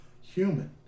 Human